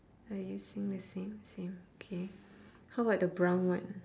are you seeing the same same K how about the brown one